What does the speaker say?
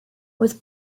was